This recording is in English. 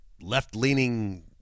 left-leaning